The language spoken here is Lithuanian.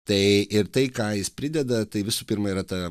tai ir tai ką jis prideda tai visų pirma yra ta